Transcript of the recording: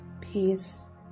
peace